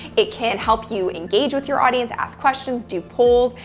it can help you engage with your audience, ask questions, do polls,